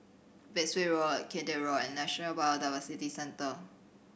Bayswater Road Kian Teck Road and National Biodiversity Centre